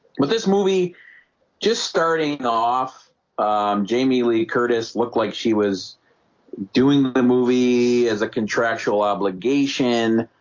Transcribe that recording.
with this movie just starting off jamie lee curtis looked like she was doing the movie as a contractual obligation